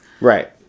Right